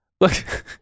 Look